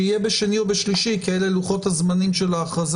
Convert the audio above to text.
שיהיה ביום שני או בשלישי כי אלה לוחות הזמנים של ההכרזה,